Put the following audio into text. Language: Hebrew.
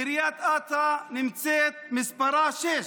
קריית אתא מספרה 6,